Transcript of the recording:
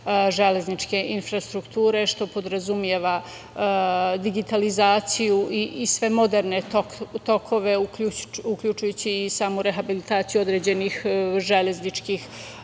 železničke infrastrukture, što podrazumeva digitalizaciju i sve moderne tokove, uključujući i samu rehabilitaciju određenih železničkih